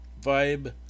vibe